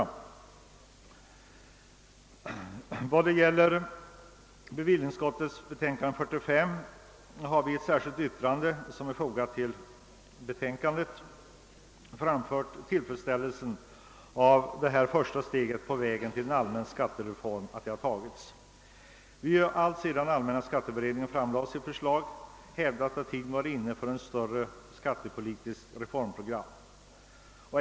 I ett särskilt yttrande som är fogat tili bevillningsutskottets betänkande nr 45 om mervärdeskatt har vi uttryckt tillfredsställelse över detta första steg mot en allmän skattereform. Vi har ända sedan allmänna skatteberedningen framlade sitt förslag hävdat, att tiden är inne för ett större skattepolitiskt reformprogram.